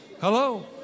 Hello